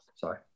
Sorry